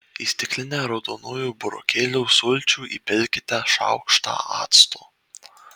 į stiklinę raudonųjų burokėlių sulčių įpilkite šaukštą acto